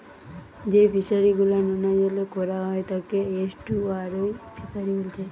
যেই ফিশারি গুলা নোনা জলে কোরা হয় তাকে এস্টুয়ারই ফিসারী বোলছে